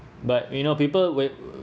but you know people where